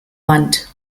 wand